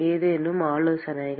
ஏதேனும் ஆலோசனைகள்